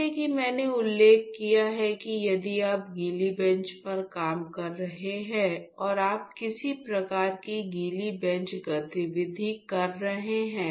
जैसा कि मैंने उल्लेख किया है कि यदि आप गीली बेंच पर काम कर रहे हैं और आप किसी प्रकार की गीली बेंच गतिविधि कर रहे हैं